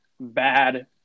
bad